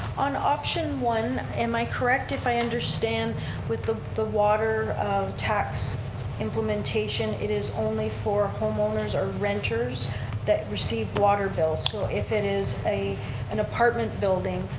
on option one, am i correct if i understand with the the water tax implementation, it is only for homeowners or renters that receive water bills? so if it is an apartment building,